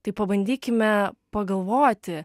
tai pabandykime pagalvoti